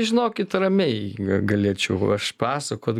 žinokit ramiai galėčiau aš pasakot